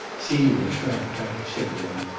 celia shrank back, shivering.